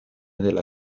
della